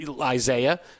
Isaiah